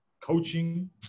coaching